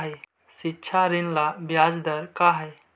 शिक्षा ऋण ला ब्याज दर का हई?